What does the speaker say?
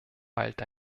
bald